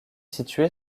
située